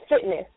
fitness